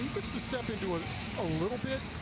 step into it a little bit,